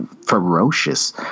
ferocious